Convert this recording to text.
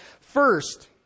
First